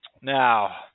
Now